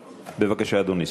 בבקשה, אדוני.